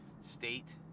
state